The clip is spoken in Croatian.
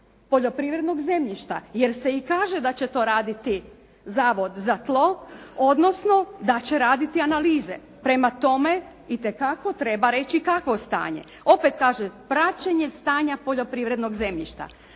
poljoprivrednog zemljišta jer se i kaže da će to raditi zavod za tlo, odnosno da će raditi analize. Prema tome, itekako treba reći kakvo stanje. Opet kaže, praćenje stanja poljoprivrednog zemljišta,